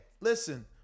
Listen